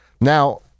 Now